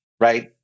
right